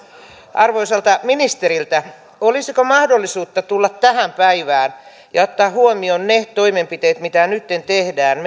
arvoisalta ministeriltä olisiko mahdollisuutta tulla tähän päivään ja ottaa huomioon ne toimenpiteet mitä nytten tehdään